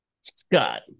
Scott